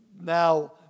now